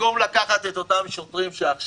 במקום לקחת את אותם שוטרים שעכשיו